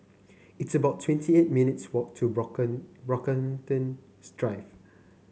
it's about twenty eight minutes' walk to Brockham Brockhamptons Drive